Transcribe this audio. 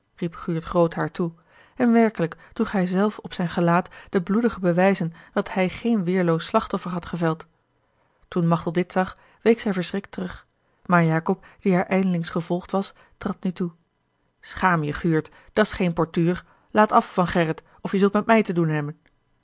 guurt groot haar toe en werkelijk droeg hij zelf op zijn gelaat de bloedige bewijzen dat hij geen weerloos slachtoffer had geveld toen machteld dit zag week zij verschrikt terug maar jacob die haar ijlings gevolgd was trad nu toe schaam je guurt dat's geen portuur laat af van gerrit of je zult met mij te doen hebben